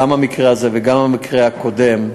גם המקרה הזה וגם המקרה הקודם,